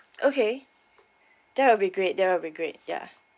okay that will be great that will be great yeah